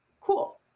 cool